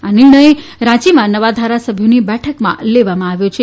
આ નિર્ણય રાંચીમાં નવા ધારાસભ્યોની બેઠકમાં લેવામાં આવ્યો છે